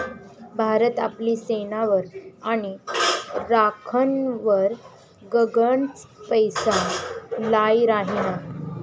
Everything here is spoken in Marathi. भारत आपली सेनावर आणि राखनवर गनच पैसा लाई राहिना